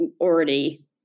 already